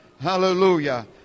Hallelujah